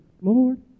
Lord